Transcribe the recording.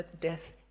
death